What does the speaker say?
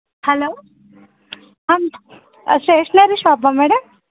hello stationery షాపా madam